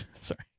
Sorry